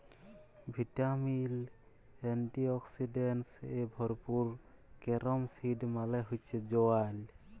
vitamin, antioxidants এ ভরপুর carom seed মালে হচ্যে জয়াল